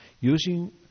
using